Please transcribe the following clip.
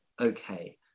okay